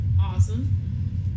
Awesome